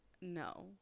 no